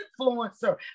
influencer